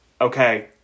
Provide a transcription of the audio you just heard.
okay